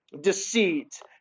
deceit